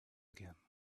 again